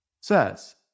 says